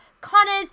Connors